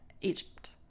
Egypt